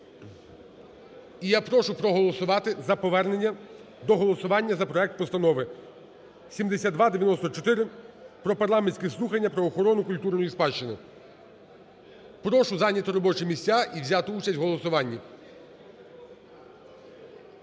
І я прошу проголосувати за повернення до голосування за проект Постанови 7294 про парламентські слухання про охорону культурної спадщини. Прошу зайняти робочі місця і взяти участь в голосуванні.